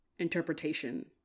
interpretation